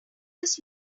his